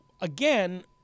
again